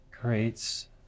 creates